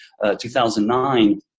2009